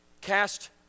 cast